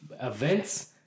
events